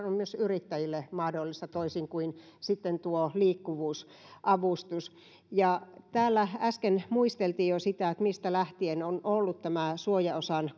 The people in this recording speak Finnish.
on myös yrittäjille mahdollista toisin kuin tuo liikkuvuusavustus täällä äsken muisteltiin jo sitä mistä lähtien on ollut tämä suojaosan